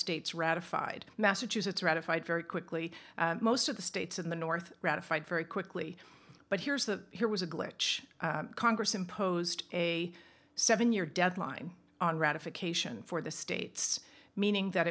states ratified massachusetts ratified very quickly most of the states in the north ratified very quickly but here's the here was a glitch congress imposed a seven year deadline on ratification for the states meaning that